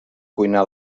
cuinar